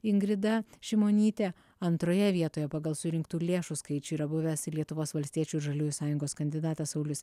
ingrida šimonytė antroje vietoje pagal surinktų lėšų skaičių yra buvęs lietuvos valstiečių ir žaliųjų sąjungos kandidatas saulius